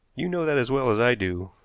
you know that as well as i do.